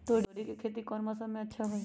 तोड़ी के खेती कौन मौसम में अच्छा होई?